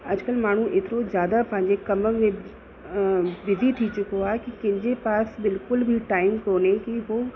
अॼुकल्ह माण्हू एतिरो ज़्यादा पंहिंजे कम में बिज़ी थी चुको आहे कि कंहिंजे पास बिल्कुलु बि टाइम कोने कि हू